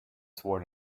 sworn